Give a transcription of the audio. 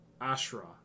Ashra